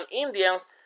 Indians